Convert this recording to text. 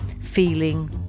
feeling